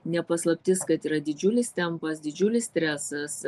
ne paslaptis kad yra didžiulis tempas didžiulis stresas